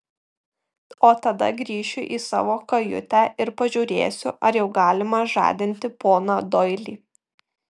o tada grįšiu į savo kajutę ir pažiūrėsiu ar jau galima žadinti poną doilį